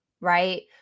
right